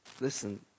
Listen